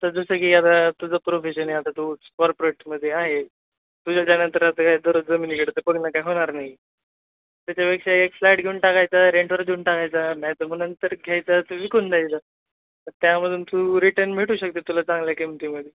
त जसं की आता तुझं प्रोफेशनए आता तो कॉर्पोरेटमदे आहे तुझ्याच्यानंतर आता काय दररोज जमीनीकड तरं बघलं काय होनार नाहीई त्याच्यापेक्षा एक फ्लॅट घेऊन टाकायचा रेंटवर घऊन टाकायचा नायतर म नंतर घ्यायचा ते विकून जायच त्यामदून तू रिटर्न भ मिटू शकते तुला चांगल्या किमतीमध्ये